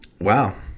Wow